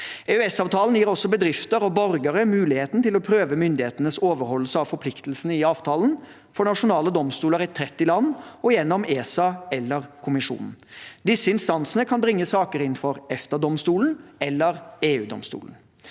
EØS-avtalen gir også bedrifter og borgere muligheten til å prøve myndighetenes overholdelse av forpliktelsene i avtalen for nasjonale domstoler i 30 land og gjennom ESA eller Kommisjonen. Disse instansene kan bringe saker inn for EFTA-domstolen eller EU-domstolen.